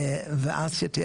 ואז שתהיה